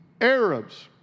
Arabs